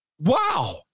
Wow